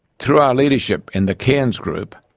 through our leadership in the cairns group,